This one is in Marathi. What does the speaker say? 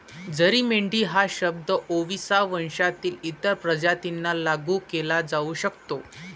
जरी मेंढी हा शब्द ओविसा वंशातील इतर प्रजातींना लागू केला जाऊ शकतो